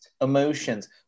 Emotions